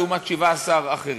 לעומת 17% האחרים.